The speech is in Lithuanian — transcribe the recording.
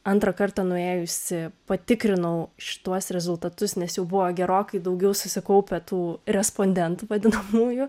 antrą kartą nuėjusi patikrinau šituos rezultatus nes jau buvo gerokai daugiau susikaupę tų respondentų vadinamųjų